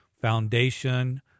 foundation